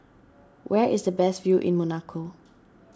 where is the best view in Monaco